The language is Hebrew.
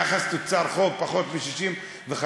יחס חוב תוצר פחות מ-65%.